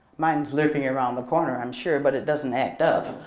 mine's lurking around the corner, i'm sure but it doesn't act up.